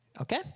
Okay